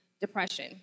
depression